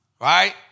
Right